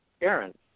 Aaron